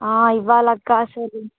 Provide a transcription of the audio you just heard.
ఆ ఇవాళ ఒక్క క్లాస్ ఉంది